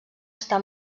està